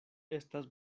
estas